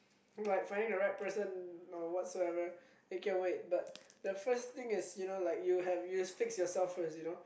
like finding the right person or whatsoever it can wait but the first thing is you know like you have you fix yourself first you know